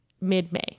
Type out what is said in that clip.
mid-May